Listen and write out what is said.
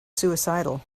suicidal